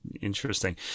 interesting